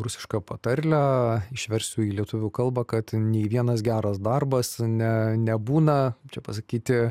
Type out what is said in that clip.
rusišką patarlę išversiu į lietuvių kalbą kad nei vienas geras darbas ne nebūna kaip čia pasakyti